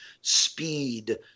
speed